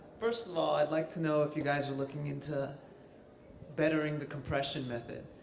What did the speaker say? first of all, i'd like to know if you guys are looking into bettering the compression method.